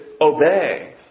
obey